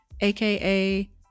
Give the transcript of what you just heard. aka